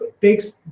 takes